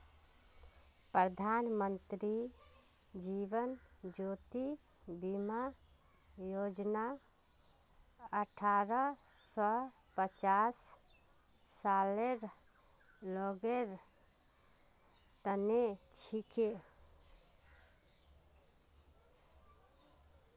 प्रधानमंत्री जीवन ज्योति बीमा योजना अठ्ठारह स पचास सालेर लोगेर तने छिके